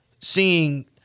seeing